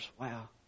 Wow